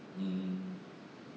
mm